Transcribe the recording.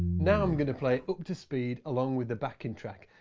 now, i'm going to play it up to speed, along with the backing track.